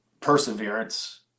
Perseverance